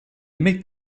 mit